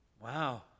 Wow